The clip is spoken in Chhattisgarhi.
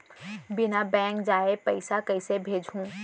बिना बैंक जाये पइसा कइसे भेजहूँ?